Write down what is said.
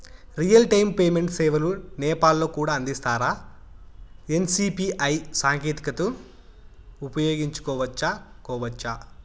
Real time payment సేవలు నేపాల్ లో కూడా అందిస్తారా? ఎన్.సి.పి.ఐ సాంకేతికతను ఉపయోగించుకోవచ్చా కోవచ్చా?